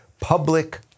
Public